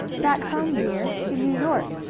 back home, dear. to new york.